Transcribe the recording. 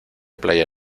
playa